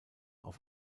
auf